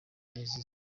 yazize